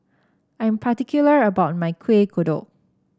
I am particular about my Kueh Kodok